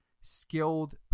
skilled